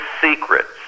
secrets